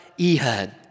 Ehud